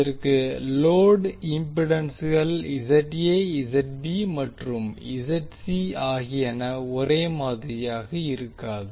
இதற்கு லோடு இம்பிடன்ஸ்கள் மற்றும் ஆகியன ஒரே மாதிரியாக இருக்காது